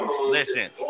Listen